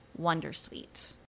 wondersuite